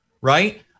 Right